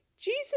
Jesus